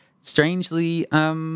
Strangely